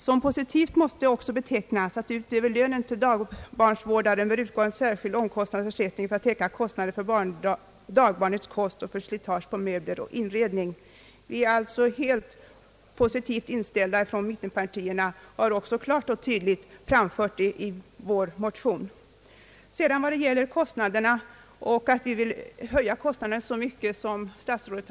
Som positivt måste betecknas att utöver lönen till dagbarnsvårdaren bör utgå en särskild omkostnadsersättning för att täcka kostnader för dagbarnets kost och för slitage av möbler och annan inredning.» Vi är alltså från mittenpartiernas sida positivt inställda till denna fråga, vilket också klart och tydligt har kommit till uttryck i vår motion. Statsrådet har ett par gånger framhållit att vårt förslag innebär avsevärt ökade kostnader.